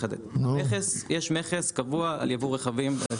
יש מכס קבוע של 7% על ייבוא רכבים.